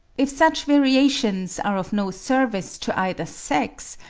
if such variations are of no service to either sex,